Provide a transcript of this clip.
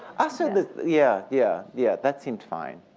ah so yeah, yeah, yeah. that seemed fine.